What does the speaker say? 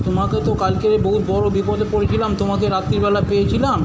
তোমাকে তো কালকে বহু বড় বিপদে পড়েছিলাম তোমাকে রাত্রিবেলা পেয়েছিলাম